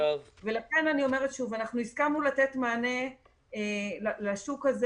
ולכן אני אומרת שוב: הסכמנו לתת מענה לשוק הזה